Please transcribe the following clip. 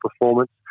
performance